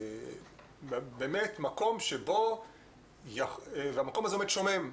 והמקום הזה עומד שומם.